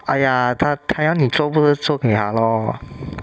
!aiya! 他他要你做不是做给他 lor